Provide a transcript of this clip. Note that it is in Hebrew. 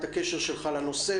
את הקשר שלך לנושא,